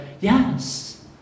yes